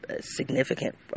significant